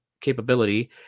capability